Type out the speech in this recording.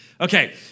Okay